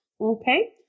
okay